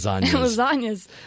Lasagnas